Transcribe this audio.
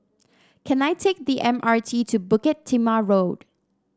can I take the M R T to Bukit Timah Road